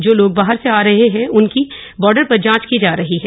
जो लोग बाहर से थे रहे हैं उनकी बॉर्डर पर जांच की जा रही है